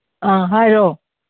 ꯑ ꯍꯥꯏꯌꯣ